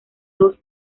dos